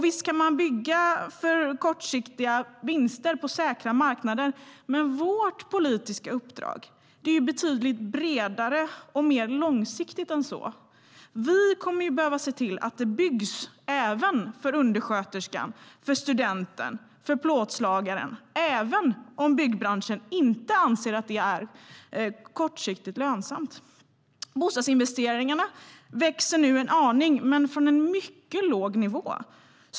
Visst kan man bygga för kortsiktiga vinster på säkra marknader. Men vårt politiska uppdrag är betydligt bredare och mer långsiktigt än så. Vi kommer att behöva se till att det byggs även för undersköterskan, för studenten och för plåtslagaren även om byggbranschen inte anser att det är kortsiktigt lönsamt. Bostadsinvesteringarna växer nu en aning men från en mycket låg nivå.